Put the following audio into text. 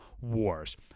wars